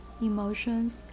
emotions